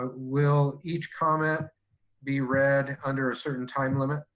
ah will each comment be read under a certain time limit?